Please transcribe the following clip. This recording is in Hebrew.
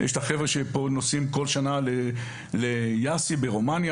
יש את החבר'ה שנוסעים כל שנה ליאסי ברומניה,